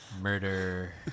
Murder